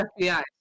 FBI